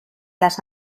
las